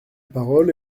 parole